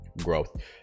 growth